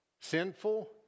sinful